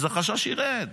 אז החשש ירד,